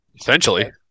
essentially